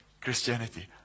Christianity